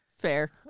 Fair